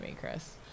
chris